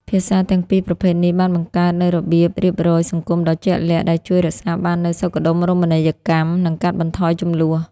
ភាសាទាំងពីរប្រភេទនេះបានបង្កើតនូវរបៀបរៀបរយសង្គមដ៏ជាក់លាក់ ដែលជួយរក្សាបាននូវសុខដុមរមណីយកម្ម និងកាត់បន្ថយជម្លោះ។